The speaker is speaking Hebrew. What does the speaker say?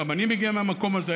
גם אני מגיע מהמקום הזה,